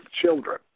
children